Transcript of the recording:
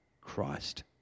Christ